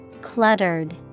Cluttered